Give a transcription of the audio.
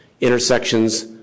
intersections